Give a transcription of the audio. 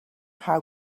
how